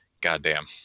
goddamn